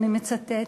אני מצטטת,